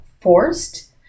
forced